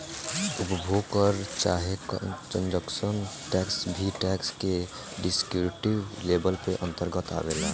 उपभोग कर चाहे कंजप्शन टैक्स भी टैक्स के डिस्क्रिप्टिव लेबल के अंतरगत आवेला